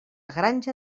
granja